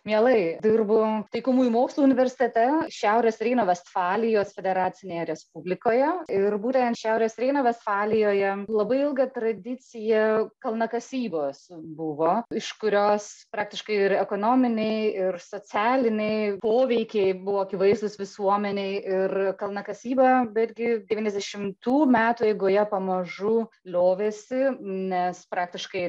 mielai dirbu taikomųjų mokslų universitete šiaurės reino vestfalijos federacinėje respublikoje ir būtent šiaurės reino vestfalijoje labai ilga tradicija kalnakasybos buvo iš kurios praktiškai ir ekonominiai ir socialiniai poveikiai buvo akivaizdūs visuomenei ir kalnakasyba betgi devyniasdešimtų metų eigoje pamažu liovėsi nes praktiškai